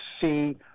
see